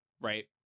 right